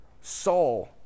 Saul